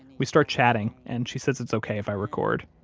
we start chatting and she says it's ok if i record.